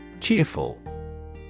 Cheerful